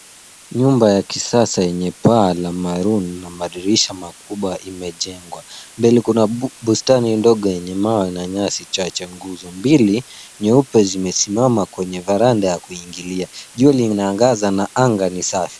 Nyumba ya kisasa yenye paa la maroon na madirisha makubwa imejengwa. Mbele kuna bustani ndogo yenye mawe na nyasi chache. Nguzo mbili nyeupe zimesimama kwenye varanda ya kuingilia. Jua lina angaza na anga ni safi.